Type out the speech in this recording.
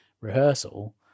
rehearsal